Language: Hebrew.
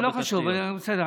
לא חשוב, בסדר.